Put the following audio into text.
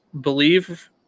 believe